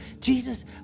Jesus